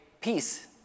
Peace